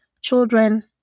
children